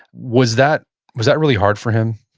was that was that really hard for him?